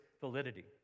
validity